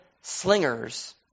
Slingers